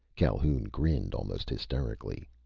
calhoun grinned almost hysterically.